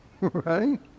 Right